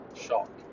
shock